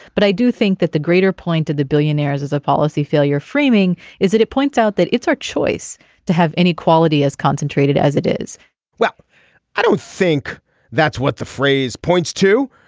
but i do think that the greater point to the billionaires is a policy failure framing is that it points out that it's our choice to have inequality as concentrated as it is well i don't think that's what the phrase points to.